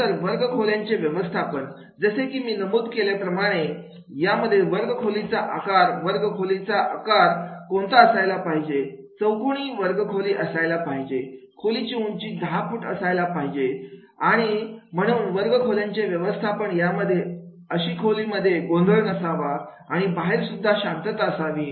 नंतर वर्गखोल्या चे व्यवस्थापन जसे की मी आधी नमूद केल्याप्रमाणे यामध्ये वर्ग खोलीचा आकार वर्गखोली चा आक्का कोणता असायला पाहिजे चौकोनी वर्गखोली असायला पाहिजे खोलीची उंची दहा फूट असायला पाहिजे आले आणि म्हणून वर्गखोल्यांचे व्यवस्थापन यामध्ये अशी खोलीमध्ये गोंधळ नसावा आणि बाहेर सुद्धा शांतता असावी